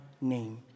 name